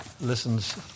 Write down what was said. listens